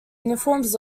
uniforms